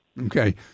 Okay